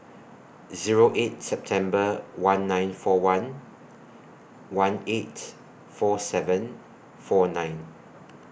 Zero eight September one nine four one one eight four seven four nine